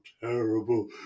terrible